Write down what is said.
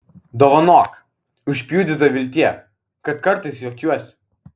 dovanok užpjudyta viltie kad kartais juokiuosi